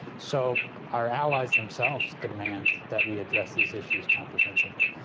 so our allies themselves demand that we address these issues comprehensively.